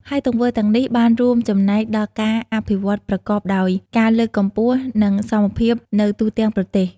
ហើយទង្វើទាំងនេះ បានរួមចំណែកដល់ការអភិវឌ្ឍប្រកបដោយការលើកកម្ពស់ និងសមធម៌នៅទូទាំងប្រទេស។